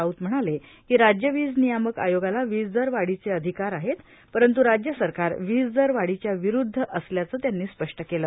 राऊत म्हणाले की राज्य वीज नियामक आयोगाला वीजदर वाढीचे अधिकार आहेत परंतू राज्य सरकार वीज दर वाढीच्या विरूद्ध असल्याचं त्यांनी स्पष्ट केलं